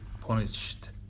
punished